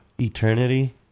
Eternity